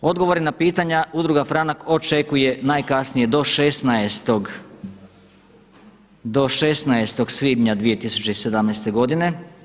Odgovore na pitanja Udruga FRANAK očekuje najkasnije do 16.-og svibnja 2017. godine.